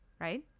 right